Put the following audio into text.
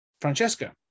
Francesca